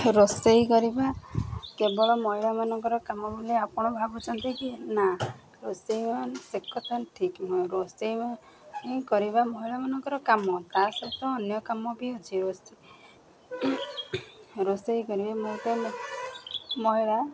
ରୋଷେଇ କରିବା କେବଳ ମହିଳାମାନଙ୍କର କାମ ବୋଲି ଆପଣ ଭାବୁଛନ୍ତି କି ନା ରୋଷେଇ ନୁହଁ ସେ କଥା ଠିକ ରୋଷେଇ କରିବା ମହିଳାମାନଙ୍କର କାମ ତା ସହିତ ଅନ୍ୟ କାମ ବି ଅଛି ଅଛି ରୋଷେଇ ରୋଷେଇ କରିବା ମତେ ମହିଳା